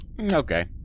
okay